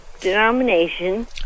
denomination